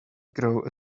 grow